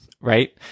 right